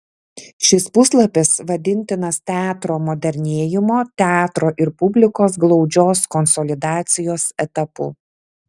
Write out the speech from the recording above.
šis puslapis vadintinas teatro modernėjimo teatro ir publikos glaudžios konsolidacijos etapu